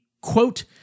quote